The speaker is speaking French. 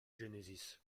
genesis